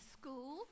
school